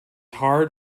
hard